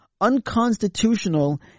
unconstitutional